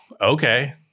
okay